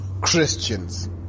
Christians